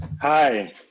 Hi